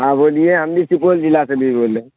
ہاں بولیے ہم بھی سپول ضلع سے بھی بول رہے ہیں